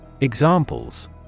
Examples